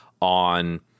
on